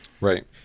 Right